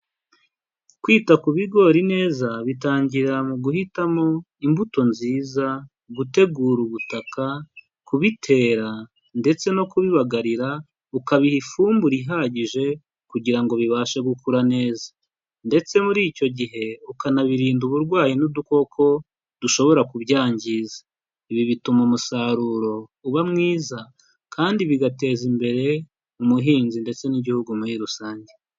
Kwita ku bigori neza bitangirira mu guhitamo imbuto nziza, gutegura ubutaka, kubitera ndetse no kubibagarira, ukabiha ifumbire ihagije kugira ngo bibashe gukura neza ndetse muri icyo gihe ukanabirinda uburwayi n'udukoko dushobora kubyangiza. Ibi bituma umusaruro uba mwiza kandi bigateza imbere umuhinzi ndetse n'igihugu muri rusange.